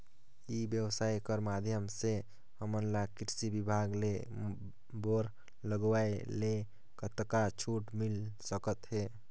ई व्यवसाय कर माध्यम से हमन ला कृषि विभाग ले बोर लगवाए ले कतका छूट मिल सकत हे?